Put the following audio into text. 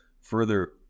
further